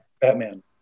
Batman